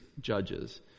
Judges